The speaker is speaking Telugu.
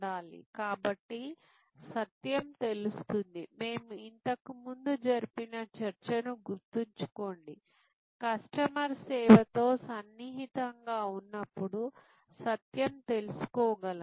కాబట్టి సత్యం తెలుస్తుంది మేము ఇంతకుముందు జరిపిన చర్చను గుర్తుంచుకోండి కస్టమర్ సేవతో సన్నిహితంగా ఉన్నప్పుడు సత్యం తెలుసుకోగలము